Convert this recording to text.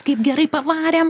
kaip gerai pavarėm